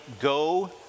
go